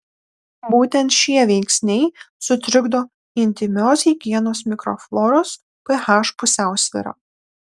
būtent šie veiksniai sutrikdo intymios higienos mikrofloros ph pusiausvyrą